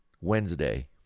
Wednesday